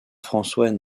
françois